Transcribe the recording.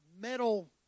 metal